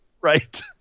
Right